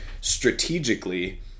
strategically –